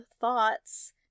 thoughts